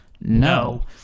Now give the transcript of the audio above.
No